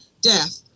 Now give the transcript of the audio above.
death